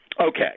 Okay